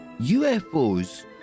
UFOs